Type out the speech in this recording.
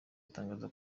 gutangaza